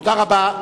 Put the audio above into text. תודה רבה.